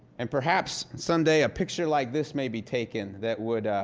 and perhaps, someday, a picture like this may be taken that would